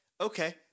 okay